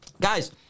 Guys